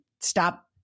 stop